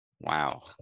Wow